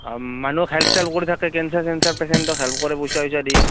অ' মানুহক হেল্প ছেল্প কৰি থাকে কেঞ্চাৰ ছেঞ্চাৰ পেছেণ্টক হেল্প কৰে পইচা চইছা দি